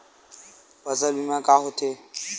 फसल बीमा का होथे?